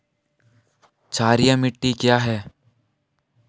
क्षारीय मिट्टी क्या है?